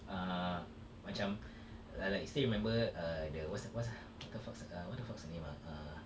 err macam li~ like still remember err the wha~ what's her what the fuck's her what the fuck's her name err